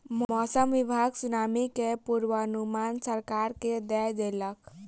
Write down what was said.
मौसम विभाग सुनामी के पूर्वानुमान सरकार के दय देलक